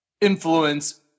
influence